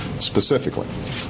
specifically